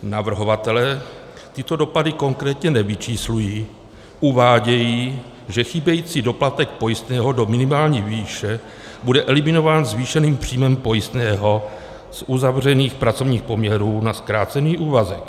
Navrhovatelé tyto dopady konkrétně nevyčíslují, uvádějí, že chybějící doplatek pojistného do minimální výše bude eliminován zvýšeným příjmem pojistného z uzavřených pracovních poměrů na zkrácený úvazek.